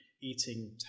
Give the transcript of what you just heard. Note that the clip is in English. eating